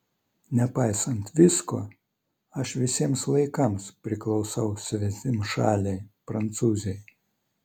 nepaisant visko aš visiems laikams priklausau svetimšalei prancūzei